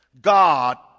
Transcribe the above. God